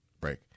Break